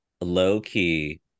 Low-key